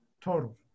total